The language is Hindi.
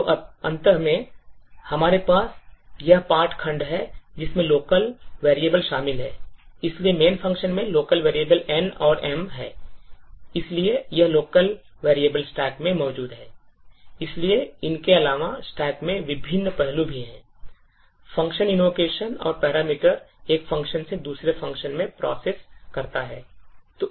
तो अंत में हमारे पास यह पाठ खंड है जिसमें local variable शामिल हैं इसलिए main function में local variable N और M हैं इसलिए यह local variable stack में मौजूद हैं इसलिए इनके अलावा stack में विभिन्न पहलू भी हैं function invocation और parameters एक function से दूसरे function में process करता है